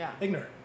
ignorant